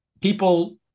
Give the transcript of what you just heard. people